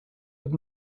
had